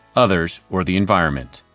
others, or the environment.